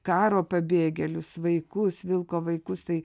karo pabėgėlius vaikus vilko vaikus tai